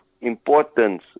importance